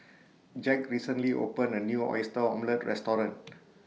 Jack recently opened A New Oyster Omelette Restaurant